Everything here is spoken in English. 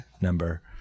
number